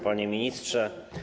Panie Ministrze!